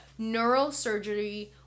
neurosurgery